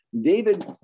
David